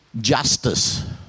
justice